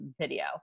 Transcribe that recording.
video